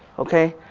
okay,